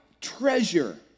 treasure